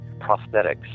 prosthetics